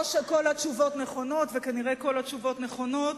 או שכל התשובות נכונות, וכנראה כל התשובות נכונות.